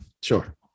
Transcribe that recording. sure